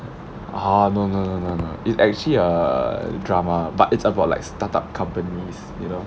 ah no no no no no its actually a drama but its about like startup companies you know